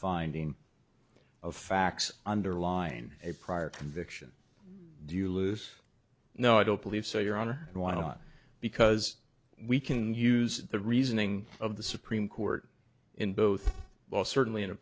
finding of facts underline a prior conviction do you lose no i don't believe so your honor no i don't because we can use the reasoning of the supreme court in both well certainly in a